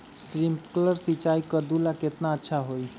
Sprinkler सिंचाई कददु ला केतना अच्छा होई?